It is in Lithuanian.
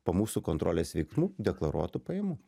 po mūsų kontrolės veiksmų deklaruotų pajamų